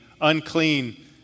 unclean